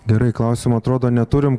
gerai klausimų atrodo neturim